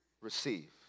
Receive